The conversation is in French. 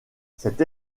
cette